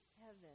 heaven